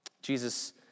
Jesus